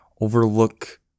overlook